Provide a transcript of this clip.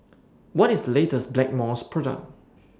What IS The latest Blackmores Product